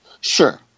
Sure